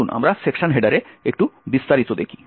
আসুন আমরা সেকশন হেডারে একটু বিস্তারিত দেখি